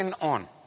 on